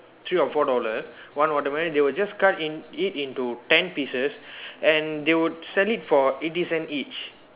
three or four dollar one watermelon they will just cut in it into ten pieces and they will sell it for eighty cent each